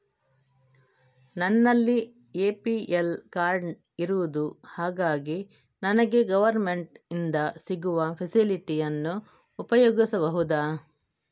ನನ್ನಲ್ಲಿ APL card ಇರುದು ಹಾಗಾಗಿ ನನಗೆ ಗವರ್ನಮೆಂಟ್ ಇಂದ ಸಿಗುವ ಫೆಸಿಲಿಟಿ ಅನ್ನು ಉಪಯೋಗಿಸಬಹುದಾ?